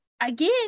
again